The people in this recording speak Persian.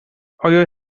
آیا